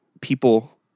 people